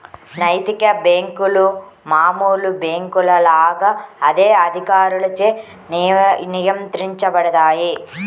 నైతిక బ్యేంకులు మామూలు బ్యేంకుల లాగా అదే అధికారులచే నియంత్రించబడతాయి